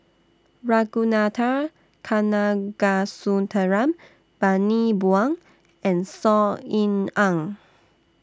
Ragunathar Kanagasuntheram Bani Buang and Saw Ean Ang